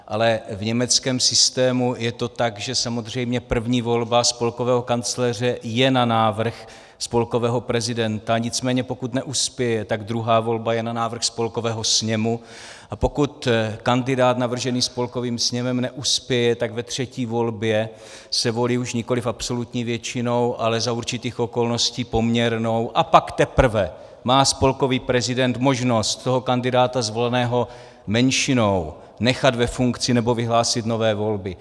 Ale v německém systému je to tak, že samozřejmě první volba spolkového kancléře je na návrh spolkového prezidenta, nicméně pokud neuspěje, tak druhá volba je na návrh Spolkového sněmu, a pokud kandidát navržený Spolkovým sněmem neuspěje, tak ve třetí volbě se volí už nikoliv absolutní většinou, ale za určitých okolností poměrnou, a pak teprve má spolkový prezident možnost toho kandidáta zvoleného menšinou nechat ve funkci nebo vyhlásit nové volby.